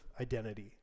identity